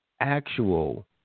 actual